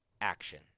action